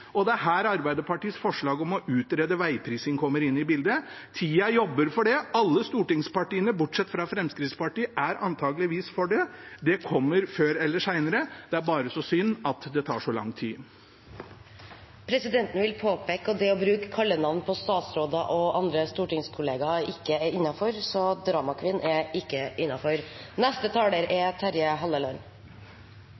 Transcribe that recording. det er her Arbeiderpartiets forslag om å utrede vegprising kommer inn i bildet. Tida jobber for det. Alle stortingspartiene bortsett fra Fremskrittspartiet er antakeligvis for det. Det kommer før eller senere. Det er bare så synd at det tar så lang tid. Presidenten vil påpeke at det å bruke kallenavn på statsråder og andre stortingskollegaer ikke er innenfor. «Drama queen» er ikke